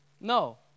No